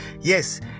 Yes